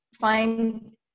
find